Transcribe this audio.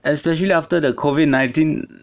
especially after the covid nineteen